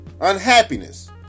unhappiness